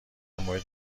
مورد